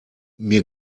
mir